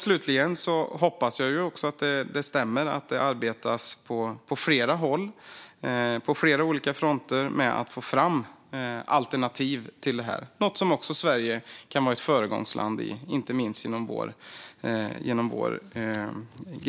Slutligen hoppas jag att det stämmer att det arbetas på flera håll på flera olika fronter med att få fram alternativ till detta. Det är något som Sverige kan vara ett föregångsland i inte minst genom vår grisuppfödning.